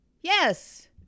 Yes